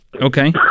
Okay